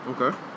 Okay